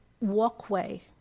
walkway